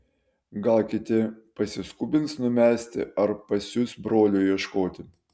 gal kiti pasiskubins numesti ar pasiųs brolio ieškoti